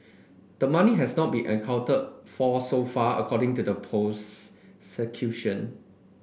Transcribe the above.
the money has not been accounted for so far according to the prosecution